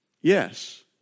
yes